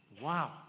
Wow